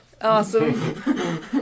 awesome